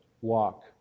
walk